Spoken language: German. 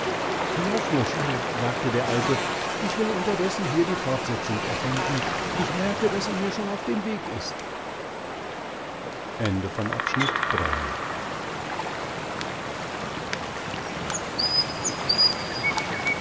so lauf nur schnell sagte der alte ich will unterdessen hier die fortsetzung erfinden ich merke daß sie mir schon auf dem weg ist